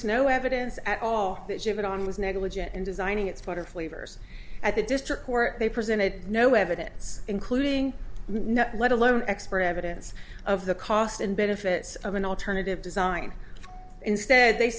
no evidence at all that shit on was negligent in designing its wonderful avers at the district court they presented no evidence including let alone expert evidence of the cost and benefits of an alternative design instead they